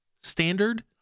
standard